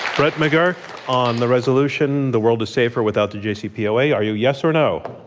brett mcgurk on the resolution the world is safer without the jcpoa, are you yes or no?